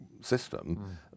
system